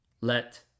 let